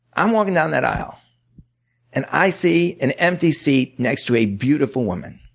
i'm walking down that aisle and i see an empty seat next to a beautiful woman.